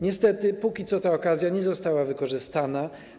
Niestety póki co ta okazja nie została wykorzystana.